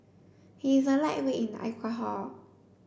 he is a lightweight in alcohol